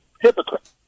hypocrite